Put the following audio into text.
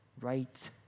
right